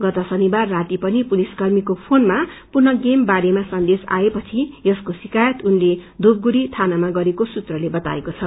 गत शनिवार राती पनि पुलिस कर्मीको फोनमा पुनः गेमको बारेमा सन्देश आएपछि यसक शिकसयत उनले धूपगड़ी थानामा गरेको सूत्रले बताएको छ